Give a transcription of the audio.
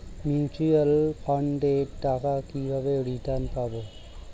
Mutual ফান্ডের টাকা কিভাবে রিটার্ন পাব?